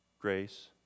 grace